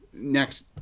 next